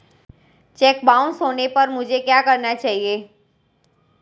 Check bounce होने पर मुझे क्या करना चाहिए?